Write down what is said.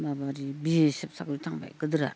माबायदि B S F साख्रि थांबाय गोदोरा